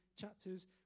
chapters